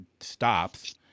stops